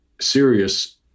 serious